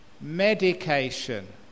Medication